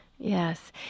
Yes